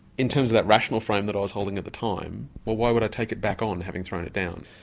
in terms of that rational frame that i was holding at the time well why would i take it back on having thrown it down?